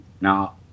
Now